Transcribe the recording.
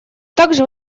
также